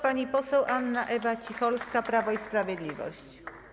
Pani poseł Anna Ewa Cicholska, Prawo i Sprawiedliwość.